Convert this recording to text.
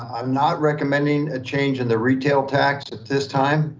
i'm not recommending a change in the retail tax at this time,